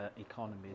economies